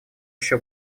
еще